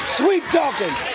sweet-talking